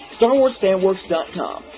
StarWarsFanWorks.com